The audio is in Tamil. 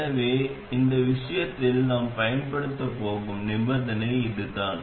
எனவே இந்த விஷயத்தில் நாம் பயன்படுத்தப் போகும் நிபந்தனை இதுதான்